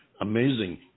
Amazing